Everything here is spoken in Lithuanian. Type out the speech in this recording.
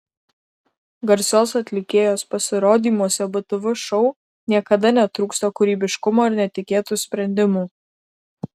garsios atlikėjos pasirodymuose btv šou niekada netrūksta kūrybiškumo ir netikėtų sprendimų